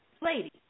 ladies